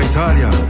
Italia